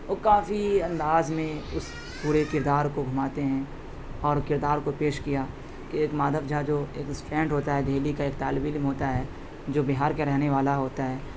وہ کافی انداز میں اس پورے کردار کو گھماتے ہیں اور کردار کو پیش کیا کہ ایک مادھو جھا جو ایک اسٹواینٹ ہوتا ہے دہلی کا ایک طالب علم ہوتا ہے جو بہار کا رہنے والا ہوتا ہے